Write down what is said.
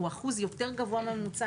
הוא אחוז יותר גבוה מהממוצע.